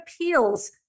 appeals